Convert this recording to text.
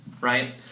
right